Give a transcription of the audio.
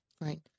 Right